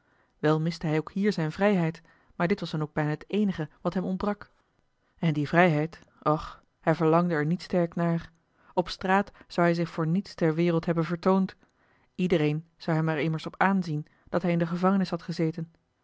wel miste hij ook hier zijne vrijheid maar dit was dan ook bijna het eenige wat hem ontbrak en die vrijheid och hij verlangde er niet sterk naar op straat zou hij zich voor niets ter wereld hebben vertoond iedereen zou hem er immers op aanzien dat hij in de gevangenis had gezeten